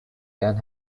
can